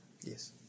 Yes